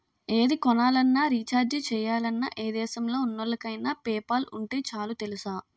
ఏది కొనాలన్నా, రీచార్జి చెయ్యాలన్నా, ఏ దేశంలో ఉన్నోళ్ళకైన పేపాల్ ఉంటే చాలు తెలుసా?